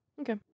Okay